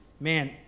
Man